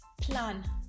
Plan